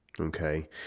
Okay